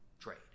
trade